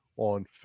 on